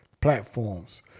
platforms